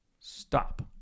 Stop